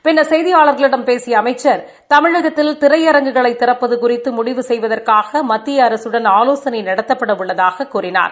பிள்ளர் செய்தியாளர்களிடம் பேசிய அமைச்சர் தமிழகத்தில் திரையரங்குகளை திறப்பது குறித்து முடிவு செய்வதற்காக மத்திய அரசுடன் ஆலோசனை நடத்தப்பட உள்ளதாகக் கூறினார்